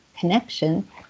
connection